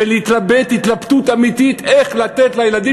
ולהתלבט התלבטות אמיתית איך לתת לילדים